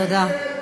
תודה.